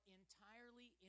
entirely